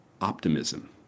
optimism